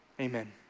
amen